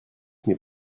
n’est